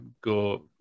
go